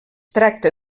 tracta